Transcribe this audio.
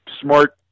smart